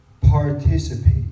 participate